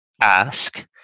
ask